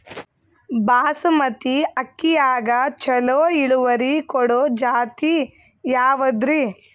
ಬಾಸಮತಿ ಅಕ್ಕಿಯಾಗ ಚಲೋ ಇಳುವರಿ ಕೊಡೊ ಜಾತಿ ಯಾವಾದ್ರಿ?